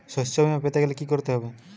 শষ্যবীমা পেতে গেলে কি করতে হবে?